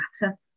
matter